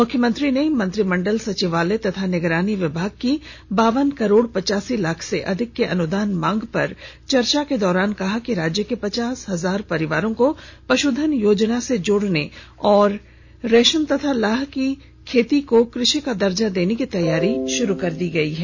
मुख्यमंत्री ने मंत्रिमंडल सचिवालय एवं निगरानी विभाग की बावन करोड़ पचासी लाख से अधिक की अनुदान मांग पर चर्चा के दौरान कहा कि राज्य के पचास हजार परिवारों को पशुधन योजना से जोड़ने और रेशम तथा लाह की खेती को कृषि का दर्जा देने की तैयारी शुरू कर दी गई है